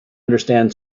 understand